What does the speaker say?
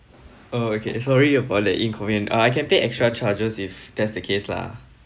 oh okay sorry for the inconvenience uh I can take extra charges if that's the case lah